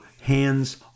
hands